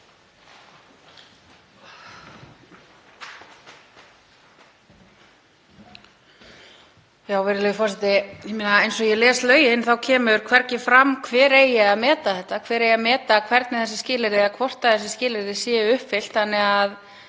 Virðulegur forseti. Eins og ég les lögin þá kemur hvergi fram hver eigi að meta þetta, hver eigi að meta hvernig þessi skilyrði eða hvort þessi skilyrði séu uppfyllt, þannig að